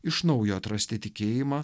iš naujo atrasti tikėjimą